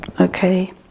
Okay